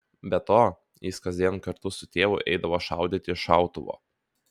be to jis kasdien kartu su tėvu eidavo šaudyti iš šautuvo